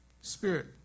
spirit